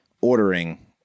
ordering